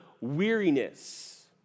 weariness